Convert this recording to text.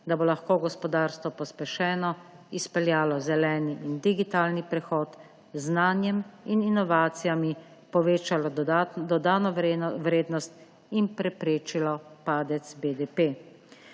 da bo lahko gospodarstvo pospešeno izpeljalo zeleni in digitalni prehod, z znanjem in inovacijami povečalo dodatno dodano vrednost in preprečilo padec BDP.